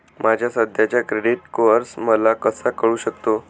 माझा सध्याचा credit score मला कसा कळू शकतो?